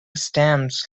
stamps